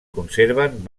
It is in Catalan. conserven